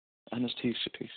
اَہن حظ ٹھیٖک چھُ ٹھیٖک چھُ